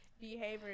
behavior